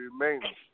remains